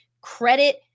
credit